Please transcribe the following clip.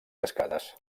cascades